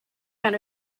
got